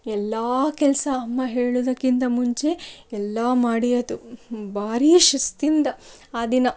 ಎಲ್ಲಾ ಕೆಲಸ ಅಮ್ಮ ಹೇಳೋದಕ್ಕಿಂತ ಮುಂಚೆ ಎಲ್ಲಾ ಮಾಡಿಯಾಯಿತು ಭಾರೀ ಶಿಸ್ತಿಂದ ಆ ದಿನ